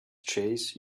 chase